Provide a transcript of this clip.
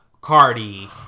Cardi